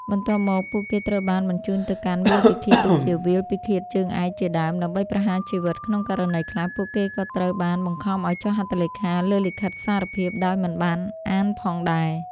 បន្ទាប់មក ពួកគេត្រូវបានបញ្ជូនទៅកាន់វាលពិឃាតដូចជាវាលពិឃាតជើងឯកជាដើមដើម្បីប្រហារជីវិត។ ក្នុងករណីខ្លះ ពួកគេក៏ត្រូវបានបង្ខំឱ្យចុះហត្ថលេខាលើលិខិតសារភាពដោយមិនបានអានផងដែរ។